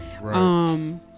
Right